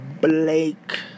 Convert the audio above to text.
Blake